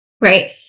right